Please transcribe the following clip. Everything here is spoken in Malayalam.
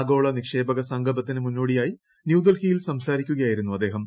ആഗോളും നിക്ഷേപക സംഗമത്തിന് മുന്നോടിയായി ന്യൂഡൽഹിയിൽ സംസ്കരിക്കുകയായിരുന്നു അദ്ദേഹം